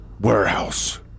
warehouse